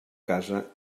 casa